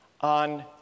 on